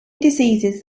diseases